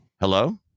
Hello